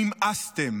נמאסתם.